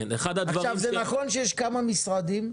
זה נכון שיש כמה משרדים,